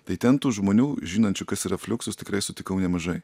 tai ten tų žmonių žinančių kas yra fliuksus tikrai sutikau nemažai